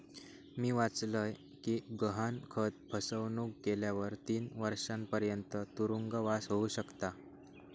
मी वाचलय कि गहाणखत फसवणुक केल्यावर तीस वर्षांपर्यंत तुरुंगवास होउ शकता